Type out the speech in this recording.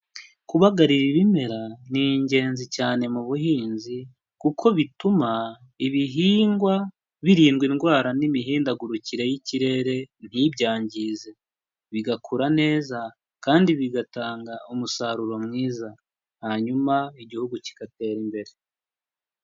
Kubagarira ibimera ni ingenzi cyane mu buhinzi kuko bituma ibihingwa birindwa indwara n'imihindagurikire y'ikirere ntibyangize, bigakura neza kandi bigatanga umusaruro mwiza, hanyuma igihugu kigatera imbere.